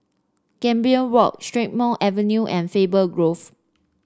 Gambir Walk Strathmore Avenue and Faber Grove